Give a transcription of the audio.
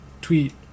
tweet